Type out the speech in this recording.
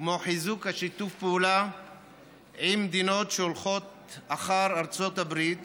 כמו חיזוק שיתוף הפעולה עם מדינות שהולכות אחרי ארצות הברית